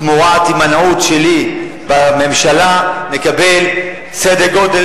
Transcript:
תמורת הימנעות שלי בממשלה נקבל סדר-גודל